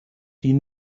die